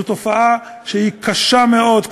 זו תופעה שהיא קשה מאוד,